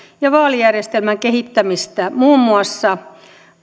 ja vaalijärjestelmän kehittämistä muun muassa